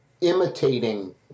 imitating